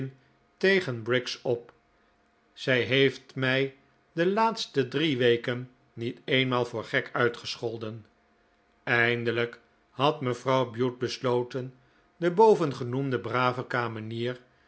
tegen briggs op zij heeft mij de laatste drie weken niet eenmaal voor gek uitgescholden eindelijk had mevrouw bute besloten de bovengenoemde brave